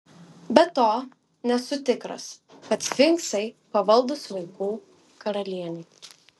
be to nesu tikras kad sfinksai pavaldūs vaikų karalienei